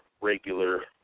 regular